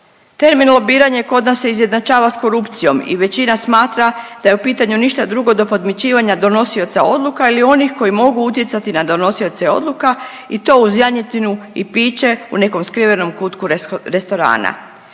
Termin lobiranje kod nas se izjednačava s korupcijom i većina smatra da je u pitanju ništa drugo do podmićivanja donosioca odluka ili onih koji mogu utjecati na donosioce odluka i to uz janjetinu i piće u nekom skrivenom kutku restorana.